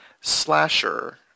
slasher